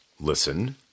Listen